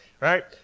right